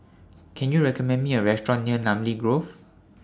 Can YOU recommend Me A Restaurant near Namly Grove